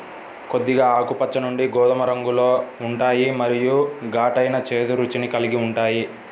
కొద్దిగా ఆకుపచ్చ నుండి గోధుమ రంగులో ఉంటాయి మరియు ఘాటైన, చేదు రుచిని కలిగి ఉంటాయి